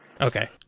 Okay